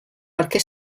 perquè